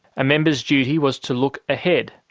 a member's duty was to look ahead,